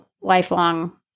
lifelong